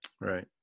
right